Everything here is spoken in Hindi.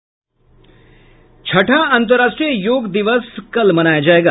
छठा अंतर्राष्ट्रीय योग दिवस कल मनाया जाएगा